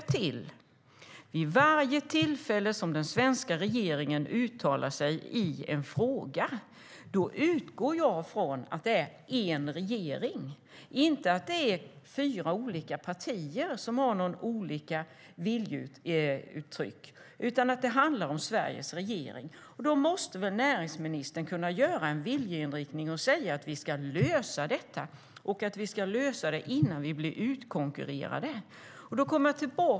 Vid varje tillfälle som den svenska regeringen uttalar sig i en fråga utgår jag nämligen från att det är en regering som uttalar sig, inte fyra olika partier som har olika viljeuttryck. Det handlar om Sveriges regering. Då måste väl näringsministern kunna göra en viljeinriktning och säga att vi ska lösa detta och att vi ska lösa det innan vi blir utkonkurrerade.